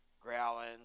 growling